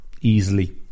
easily